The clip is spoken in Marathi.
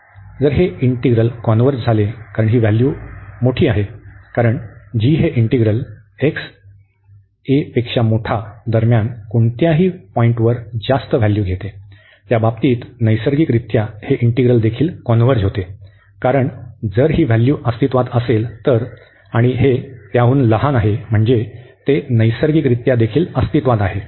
जर हे इंटीग्रल कॉन्व्हर्ज झाले कारण ही मोठे व्हॅल्यू आहे कारण g हे इंटीग्रल x a दरम्यान कोणत्याही पॉईंटवर जास्त व्हॅल्यू घेते त्या बाबतीत नैसर्गिकरित्या हे इंटीग्रल देखील कॉन्व्हर्ज होते कारण जर ही व्हॅल्यू अस्तित्वात असेल तर आणि हे त्याहून लहान आहे म्हणजे ते नैसर्गिकरित्या देखील अस्तित्वात आहे